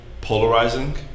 polarizing